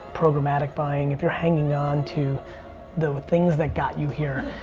programmatic buying. if you're hanging on to the things that got you here,